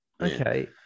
okay